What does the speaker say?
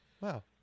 Wow